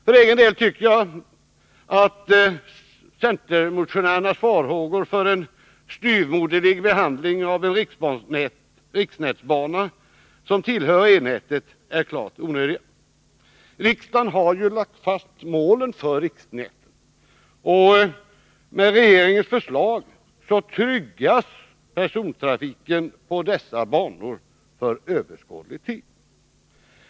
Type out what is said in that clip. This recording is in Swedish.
För egen del tycker jag att centermotionärernas farhågor för en ”styvmoderligare” behandling av en riksnätsbana som tillhör ersättningsbanenätet är klart obefogade. Riksdagen har ju lagt fast målen för riksnätet. Med regeringens förslag tryggas persontrafiken på dessa banor för överskådlig tid.